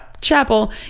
chapel